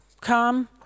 come